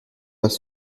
pas